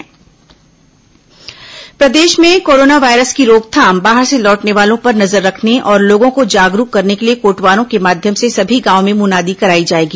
corona कोटवार मुनादी प्रदेश में कोरोना वायरस की रोकथाम बाहर से लौटने वालों पर नजर रखने और लोगों को जागरूक करने के लिए कोटवारों के माध्यम से सभी गांवों में मुनादी कराई जाएगी